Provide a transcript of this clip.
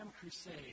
crusade